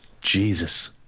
Jesus